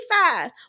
five